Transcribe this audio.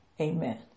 Amen